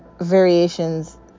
variations